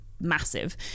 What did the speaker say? massive